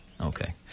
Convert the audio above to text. Okay